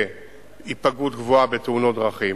והיפגעות גבוהה בתאונות דרכים,